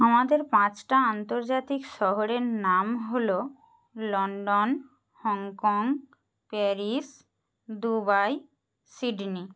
আমাদের পাঁচটা আন্তর্জাতিক শহরের নাম হল London Hong Kong Paris Dubai Sydney